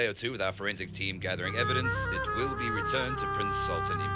day or two, with our forensic team gathering evidence. it will be returned to prince so